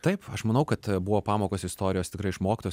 taip aš manau kad buvo pamokos istorijos tikrai išmoktos